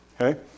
okay